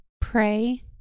pray